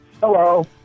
Hello